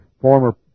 former